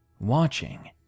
watching